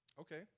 okay